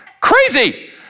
crazy